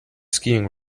skiing